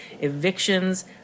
evictions